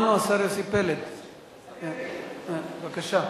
7038. חבר הכנסת אריה אלדד, בבקשה.